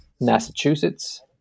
Massachusetts